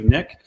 Nick